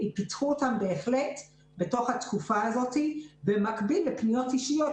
שבהחלט פותחו בתוך התקופה הזאת במקביל לפניות אישיות.